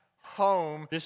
home